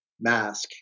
mask